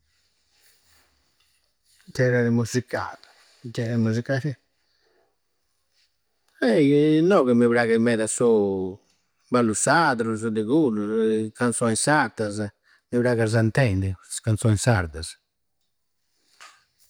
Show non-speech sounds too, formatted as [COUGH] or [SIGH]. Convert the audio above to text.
Genrei musiccalli. Generi musiccalli eh [HESITATION] no è chi mi praghi meda su [HESITATION] ballu sadrusu, de cuddu. [HESITATION] Canzoi sardasa, mi praghi a da sa intendi is canzoi sardasa.